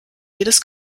jedes